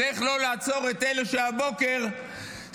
זה איך לא לעצור את אלה שהבוקר שרפו,